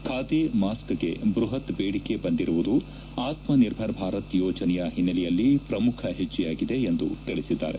ಖಾದಿ ಮಾಸ್ಕೆಗೆ ಬೃಹತ್ ದೇಡಿಕೆ ಬಂದಿರುವುದು ಆತ್ಮನಿರ್ಭರ್ ಭಾರತ್ ಯೋಜನೆಯ ಹಿನ್ನೆಲೆಯಲ್ಲಿ ಪ್ರಮುಖ ಹೆಜ್ಜೆಯಾಗಿದೆ ಎಂದು ತಿಳಿಸಿದ್ದಾರೆ